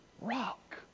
rock